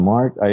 Mark